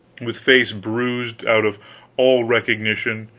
with face bruised out of all recognition,